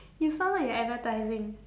you sound like you're advertising